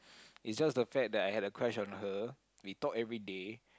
is just the fact that I have a crush on her we talk everyday